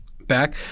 back